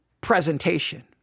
presentation